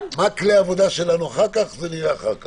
כלי העבודה שלנו נראה אחר כך.